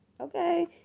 okay